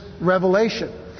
revelation